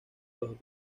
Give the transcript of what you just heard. los